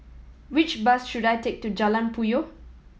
which bus should I take to Jalan Puyoh